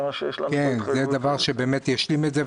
יש לנו התחייבות --- זה דבר שישלים את זה.